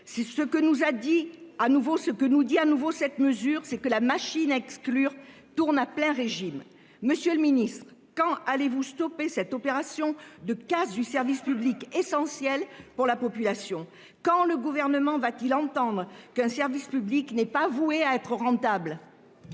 ce que nous dit à nouveau cette mesure c'est que la machine à exclure tourne à plein régime. Monsieur le Ministre quand allez-vous stopper cette opération de casse du service public essentiel pour la population quand le gouvernement va-t-il entendre qu'un service public n'est pas voué à être rentable.